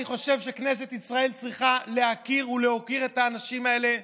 אני חושב שכנסת ישראל צריכה להכיר ולהוקיר את האנשים האלה,